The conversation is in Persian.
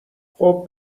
خوب